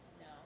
No